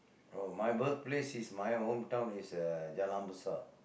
oh my birthplace is my hometown is uh Jalan-Besar